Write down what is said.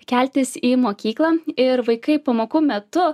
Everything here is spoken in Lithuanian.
keltis į mokyklą ir vaikai pamokų metu